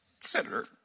Senator